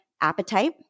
appetite